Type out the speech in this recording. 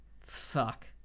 fuck